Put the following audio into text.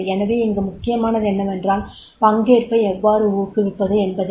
எனவே இங்கு முக்கியமானது என்னவென்றால் பங்கேற்பை எவ்வாறு ஊக்குவிப்பது என்பதே